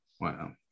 Wow